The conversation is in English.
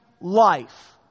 life